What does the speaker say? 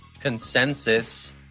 consensus